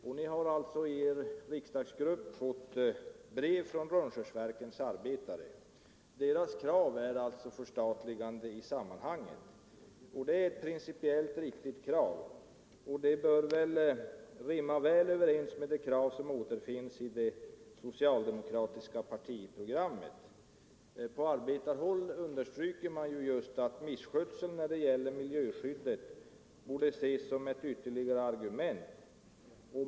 Er riksdagsgrupp har alltså fått brev från Rönnskärsverkens arbetare. Deras krav är förstatligande. Det är ett principiellt riktigt krav som bör stämma väl överens med de krav som återfinns i det socialdemokratiska partiprogrammet. På arbetarhåll understryker man just att misskötseln beträffande miljöskyddet borde ses som ett ytterligare argument.